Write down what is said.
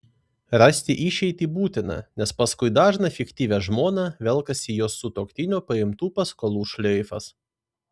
rasti išeitį būtina nes paskui dažną fiktyvią žmoną velkasi jos sutuoktinio paimtų paskolų šleifas